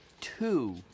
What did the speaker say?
two